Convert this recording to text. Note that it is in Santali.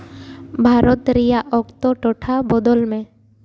ᱵᱷᱟᱨᱚᱛ ᱨᱮᱭᱟᱜ ᱚᱠᱛᱚ ᱴᱚᱴᱷᱟ ᱵᱚᱫᱚᱞ ᱢᱮ